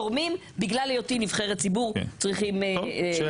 תשלימי את ההתייחסות שלך.